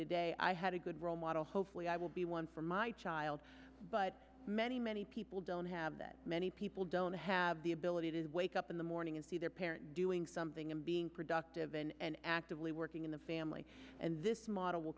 today i had a good role model hopefully i will be one for my child but many many people don't have that many people don't have the ability to wake up in the morning and see their parent doing something and being productive and actively working in the family and this model will